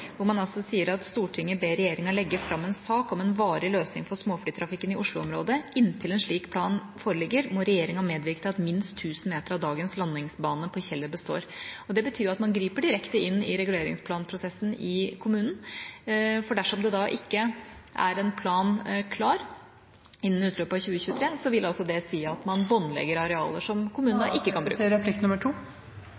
hvor man sier: «Stortinget ber regjeringa leggje frem en sak om ei varig løysing for småflytrafikken i Oslo-området. Inntil ein slik plan ligg føre, må regjeringa medverke til at minst 1 000 meter av dagens landingsbane på Kjeller består.» Det betyr at man griper direkte inn i reguleringsplanprosessen i kommunen. Dersom det ikke er en plan klar innen utløpet av 2023, vil det altså si at man båndlegger arealer, slik at kommunen